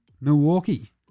Milwaukee